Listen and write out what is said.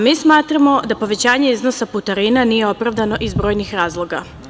Mi smatramo da povećanje iznosa putarina nije opravdano iz brojnih razloga.